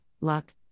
Luck